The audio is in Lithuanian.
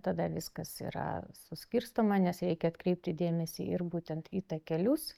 tada viskas yra suskirstoma nes reikia atkreipti dėmesį ir būtent į takelius